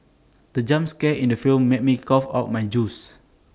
the jump scare in the film made me cough out my juice